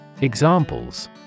Examples